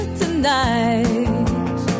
tonight